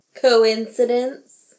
Coincidence